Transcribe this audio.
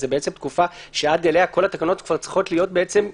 זו בעצם תקופה שעד אליה כל התקנות כבר צריכות להיות מורשות.